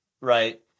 right